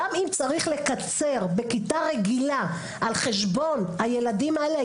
גם אם צריך לקצר בכיתה רגילה על חשבון הילדים האלה,